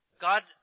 God